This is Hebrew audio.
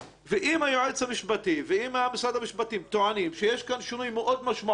ואם היועץ המשפטי ואם משרד המשפטים טוענים שיש כאן שינוי מאוד משמעותי,